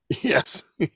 Yes